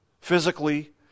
physically